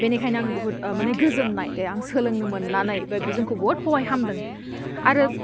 बेनिखायनो आं बुहुत ओह माने गोजोन्नाय दे आं सोलोंनो मोन्नानै बे जोंखौ बुहुत हहाय हामदों आरो